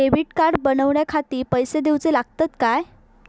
Debit card बनवण्याखाती पैसे दिऊचे लागतात काय?